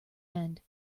end